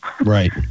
Right